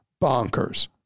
bonkers